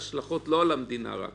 פה עולה השאלה: האם כצעד משלים לדבר הזה,